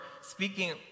speaking